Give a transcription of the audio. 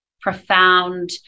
profound